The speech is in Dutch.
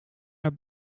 naar